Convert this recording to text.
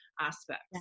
aspects